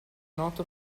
noto